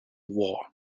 war